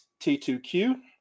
T2Q